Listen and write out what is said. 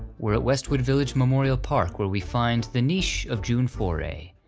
we're at westwood village memorial park, where we find the niche of june foray.